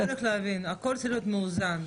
הכול צריך להיות מאוזן,